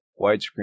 widescreen